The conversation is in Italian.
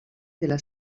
della